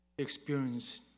Experience